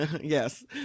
yes